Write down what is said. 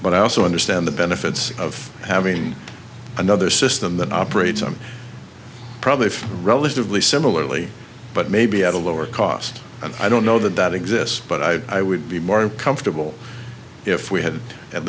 but i also understand the benefits of having another system that operates i'm probably relatively similarly but maybe at a lower cost and i don't know that that exists but i i would be more comfortable if we had at